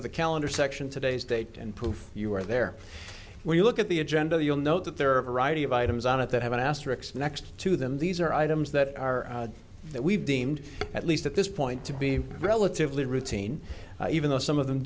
to the calendar section today's date and poof you're there when you look at the agenda you'll note that there are a variety of items on it that have an asterix next to them these are items that are that we've deemed at least at this point to be relatively routine even though some of them